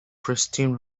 pristine